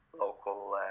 local